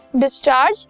discharge